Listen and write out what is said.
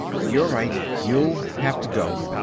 you're right, you'll have to go.